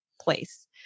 place